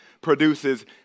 produces